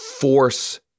force